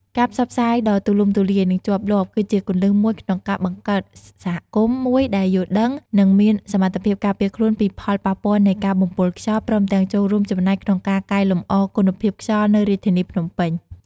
ការផ្សព្វផ្សាយដ៏ទូលំទូលាយ និងជាប់លាប់ គឺជាគន្លឹះមួយក្នុងការបង្កើតសហគមន៍មួយដែលយល់ដឹង និងមានសមត្ថភាពការពារខ្លួនពីផលប៉ះពាល់នៃការបំពុលខ្យល់ ព្រមទាំងចូលរួមចំណែកក្នុងការកែលម្អគុណភាពខ្យល់នៅរាជធានីភ្នំពេញ។